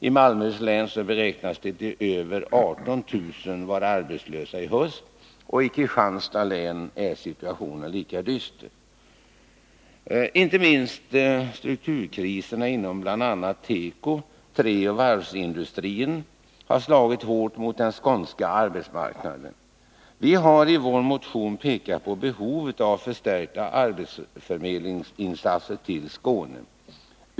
I Malmöhus län beräknas över 18 000 vara arbetslösa i höst. I Kristianstads län är situationen lika dyster. Inte minst strukturkriserna inom bl.a. teko-, träoch varvsindustrierna har slagit hårt mot den skånska arbetsmarknaden. Vi har i vår motion pekat på behovet bl.a. av förstärkta arbetsförmedlingsinsatser i Skåne.